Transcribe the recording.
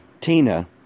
Tina